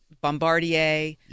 Bombardier